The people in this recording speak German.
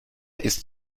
ist